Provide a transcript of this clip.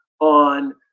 on